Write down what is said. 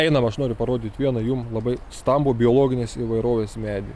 einam aš noriu parodyt vieną jum labai stambų biologinės įvairovės medį